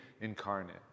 incarnate